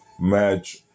match